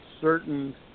certain